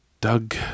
doug